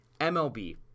MLB